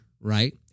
right